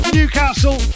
Newcastle